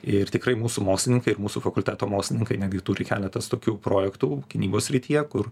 ir tikrai mūsų mokslininkai ir mūsų fakulteto mokslininkai netgi turi keletas tokių projektų gynybos srityje kur